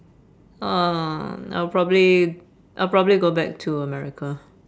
uh I'll probably I'll probably go back to america